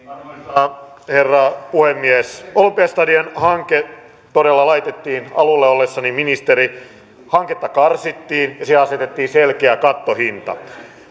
arvoisa herra puhemies olympia stadion hanke todella laitettiin alulle ollessani ministeri hanketta karsittiin ja siihen asetettiin selkeä kattohinta